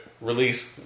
Release